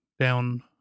Down